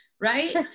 right